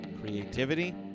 creativity